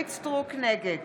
נגד